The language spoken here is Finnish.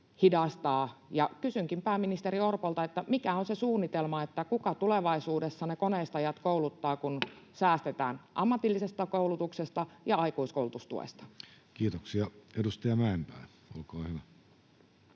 hidastaa. Kysynkin pääministeri Orpolta: mikä on se suunnitelma, kuka tulevaisuudessa ne koneistajat kouluttaa, kun säästetään ammatillisesta koulutuksesta ja aikuiskoulutustuesta? Kiitoksia. — Edustaja Mäenpää, olkaa hyvä.